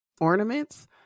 Ornaments